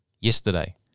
yesterday